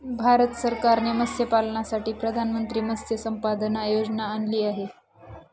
भारत सरकारने मत्स्यपालनासाठी प्रधानमंत्री मत्स्य संपदा योजना आणली आहे